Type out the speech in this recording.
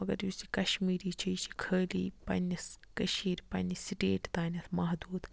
مَگر یُس یہِ کَشمیٖری چھِ یہِ چھِ خٲلی پنٛنِس کٔشیٖر پنٛنس سِٹیٹ تامَتھ مَحدوٗد